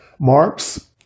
Marx